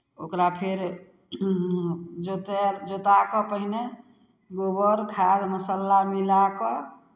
ओकरा फेर जोतायल जोता कऽ पहिने गोबर खाद मसाला मिला कऽ